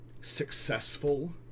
successful